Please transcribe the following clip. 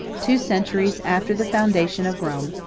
two centuries after the foundation of rome,